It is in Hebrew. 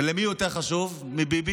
ולמי זה יותר חשוב מביבי?